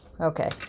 okay